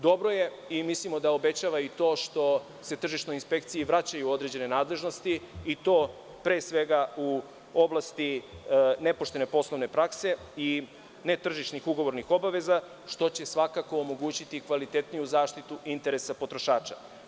Dobro je, i mislimo da i obećava i to što se tržišnoj inspekciji vraćaju određene nadležnosti i to pre svega u oblasti nepoštene poslovne prakse i netržišnih ugovornih obaveza, što će svakako omogućiti kvalitetniju zaštitu interesa potrošača.